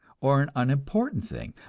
or an unimportant thing,